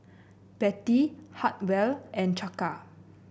Bettie Hartwell and Chaka